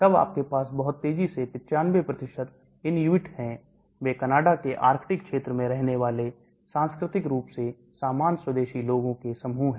तब आपके पास बहुत तेजी से 95 inuit है वे कनाडा के आर्कटिक क्षेत्र में रहने वाले सांस्कृतिक रूप से सामान स्वदेशी लोगों के समूह है